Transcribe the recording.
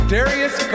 Darius